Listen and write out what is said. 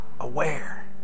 aware